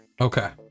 Okay